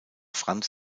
franz